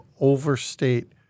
overstate